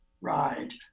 ride